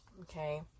okay